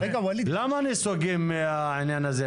למה נסוגים מהעניין הזה?